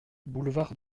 boulevard